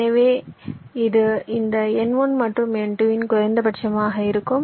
எனவே இது இந்த n1 மற்றும் n2 இன் குறைந்தபட்சமாக இருக்கும்